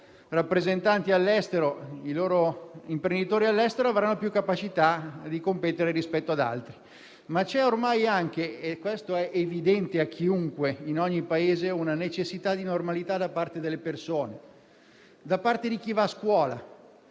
i loro imprenditori all'estero, avranno più capacità di competere rispetto ad altri. Però ormai c'è anche, come è evidente a chiunque, in ogni Paese, un bisogno di normalità da parte delle persone, da parte di chi va a scuola,